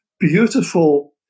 Beautiful